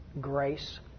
grace